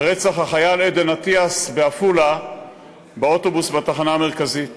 ורצח החייל עדן אטיאס באוטובוס בתחנה המרכזית בעפולה.